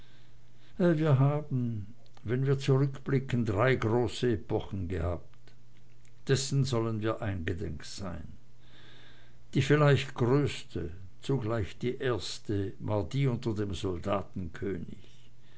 wir haben wenn wir rückblicken drei große epochen gehabt dessen sollen wir eingedenk sein die vielleicht größte zugleich die erste war die unter dem